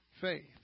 faith